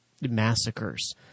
massacres